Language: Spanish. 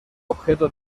objeto